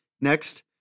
next